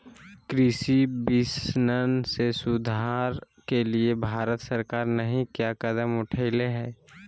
कृषि विपणन में सुधार के लिए भारत सरकार नहीं क्या कदम उठैले हैय?